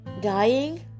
dying